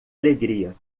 alegria